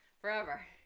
Forever